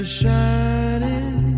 shining